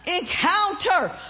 encounter